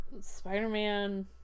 Spider-Man